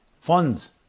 funds